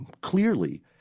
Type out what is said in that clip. clearly